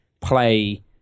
play